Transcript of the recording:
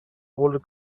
older